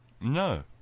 No